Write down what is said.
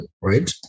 right